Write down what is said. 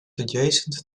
adjacent